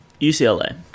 UCLA